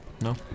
No